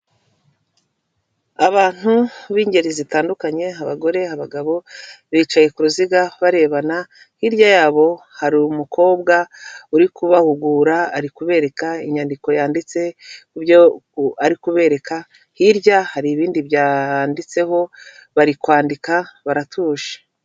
Abantu b'ingeri zitandukanye abagore, abagabo bicaye ku ruziga barebana. Hirya yabo hari umukobwa uri kubahugura ari kubereka inyandiko yanditse ku byo ari kubereka hirya hari ibindi byanditseho bari kwandika baratuje.